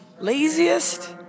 Laziest